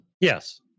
yes